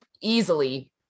easily